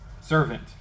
servant